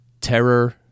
terror